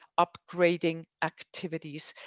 upgrading activities?